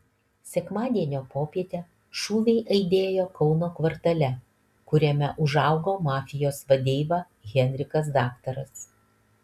sekmadienio popietę šūviai aidėjo kauno kvartale kuriame užaugo mafijos vadeiva henrikas daktaras